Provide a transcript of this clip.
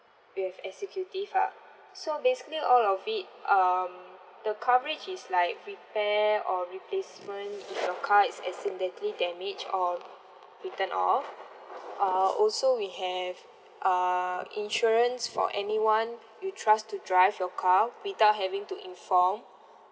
we have executive lah so basically all of it um the coverage is like repair or replacement if you car is accidentally damaged or written off uh also we have uh insurance for anyone you trust to drive your car without having to inform